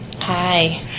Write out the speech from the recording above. Hi